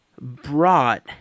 brought